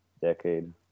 decade